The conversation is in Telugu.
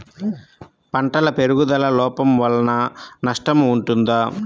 పంటల పెరుగుదల లోపం వలన నష్టము ఉంటుందా?